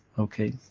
okay,